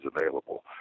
available